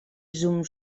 zum